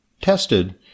tested